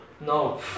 No